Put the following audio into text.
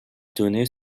donné